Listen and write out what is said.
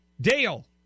Dale